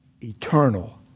Eternal